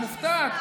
מופתעת?